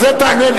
אז על זה תענה לי.